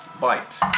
bite